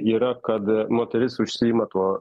yra kad moteris užsiima tuo